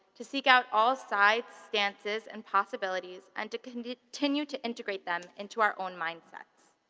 to seek out all sides, stances, and possibilities, and to continue to integrate them into our own mindsets.